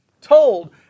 told